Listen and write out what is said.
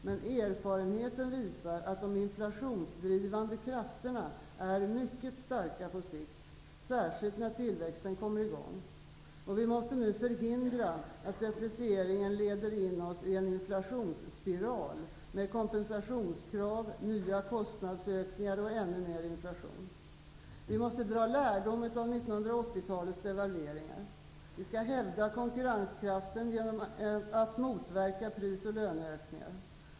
Men erfarenheten visar att de inflationsdrivande krafterna är mycket starka på sikt, särskilt när tillväxten kommer i gång. Vi måste nu förhindra att deprecieringen leder in oss i en inflationsspiral med kompensationskrav, nya kostnadsökningar och ännu mer inflation. Vi måste dra lärdom av 1980-talets devalveringar. Vi skall hävda konkurrenskraften genom att motverka prisoch löneökningar.